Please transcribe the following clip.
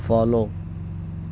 follow